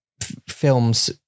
films